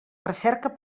recerca